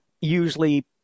usually